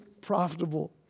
profitable